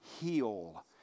heal